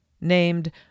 named